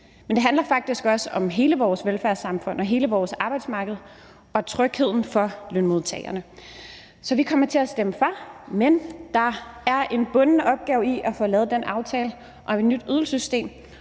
Men det handler faktisk også om hele vores velfærdssamfund og hele vores arbejdsmarked og trygheden for lønmodtagerne. Så vi kommer til at stemme for, men der er en bunden opgave i at få lavet den aftale og et nyt ydelsessystem,